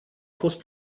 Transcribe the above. fost